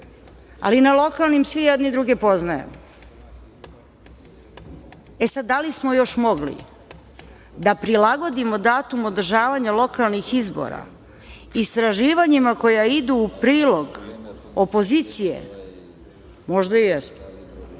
ali na lokalnim svi jedni druge poznajemo. E, sad, da li smo još mogli da prilagodimo datum održavanja lokalnih izbora istraživanjima koja idu u prilog opozicije, možda i jesmo,